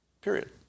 period